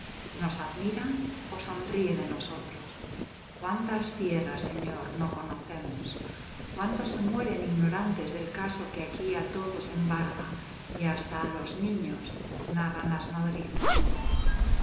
nos admira ó sonríe de nosotros cuántas tierras señor no conocemos cuántos se mueren ignorantes del caso que aquí á todos embarga y hasta á los niños narran las nodrizas